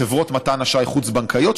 חברות מתן אשראי חוץ-בנקאיות,